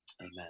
Amen